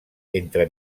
entre